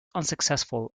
unsuccessful